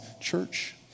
church